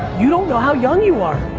you don't know how young you are.